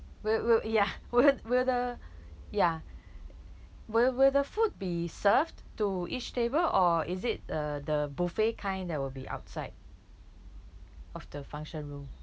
will will ya will will the ya will will the food be served to each table or is it uh the buffet kind that will be outside of the function room